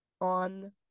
on